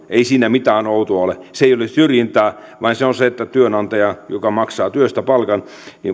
ei siinä mitään outoa ole se ei ole syrjintää vaan se on sitä että työnantaja joka maksaa työstä palkan